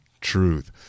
truth